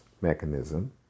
mechanism